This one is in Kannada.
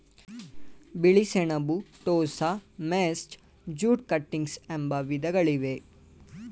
ಬಿಳಿ ಸೆಣಬು, ಟೋಸ, ಮೆಸ್ಟಾ, ಜೂಟ್ ಕಟಿಂಗ್ಸ್ ಎಂಬ ವಿಧಗಳಿವೆ